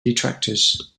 detractors